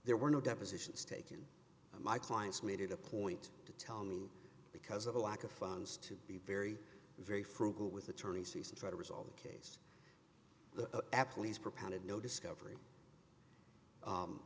there were no depositions taken my clients made it a point to tell me because of a lack of funds to be very very frugal with attorneys and try to resolve the case the athletes propounded no discover